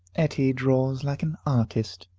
etty draws like an artist,